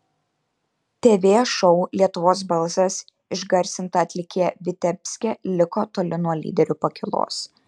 tv šou lietuvos balsas išgarsinta atlikėja vitebske liko toli nuo lyderių pakylos